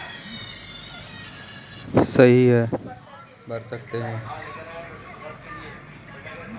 UPI की मदद से हम फ़ोन बिल बड़ी आसानी से घर बैठे भर सकते हैं